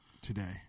today